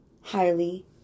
highly